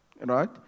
right